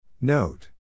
Note